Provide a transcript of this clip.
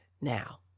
Now